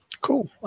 Cool